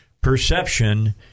perception